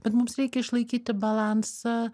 bet mums reikia išlaikyti balansą